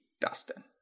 Dustin